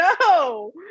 No